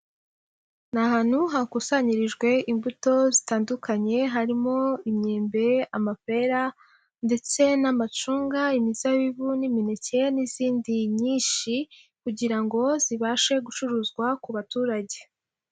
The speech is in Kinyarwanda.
Ni ahantu hakusanyirijwe imbuto zitandukanye, harimo imyembe, amapera, ndetse n'amacunga, imizabibu, n'imineke, n'izindi nyinshi, kugira ngo zibashe gucuruzwa ku baturage.